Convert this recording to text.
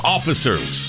Officers